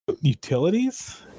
utilities